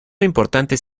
importantes